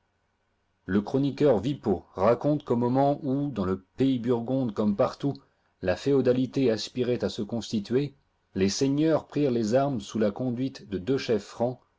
le chroniqueur wippo raconte qu'au moment où dans le pays burgonde comme partout la féodalité aspirait à se constituer les seigneurs prirent les armes sous la conduite de deux chefs francs